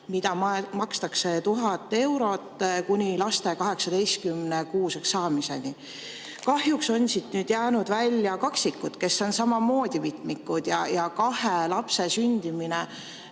mis on 1000 eurot kuni laste 18‑kuuseks saamiseni. Kahjuks on siit välja jäänud kaksikud, kes on samamoodi mitmikud, ja kahe lapse sündimine